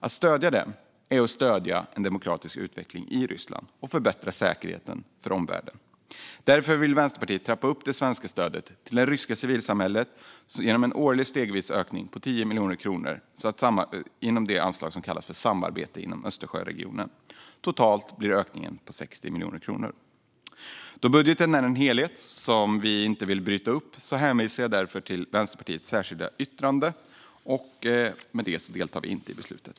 Att stödja dem är att stödja en demokratisk utveckling i Ryssland och förbättra säkerheten för omvärlden. Därför vill Vänsterpartiet trappa upp det svenska stödet till det ryska civilsamhället genom en årlig stegvis ökning med 10 miljoner kronor för det anslag som kallas Samarbete inom Östersjöregionen . Totalt blir ökningen 60 miljoner. Eftersom budgeten är en helhet som vi inte vill bryta upp hänvisar jag till Vänsterpartiets särskilda yttrande. Vi deltar inte i beslutet.